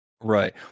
Right